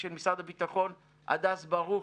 של משרד הביטחון הדס ברוך,